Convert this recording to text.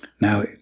Now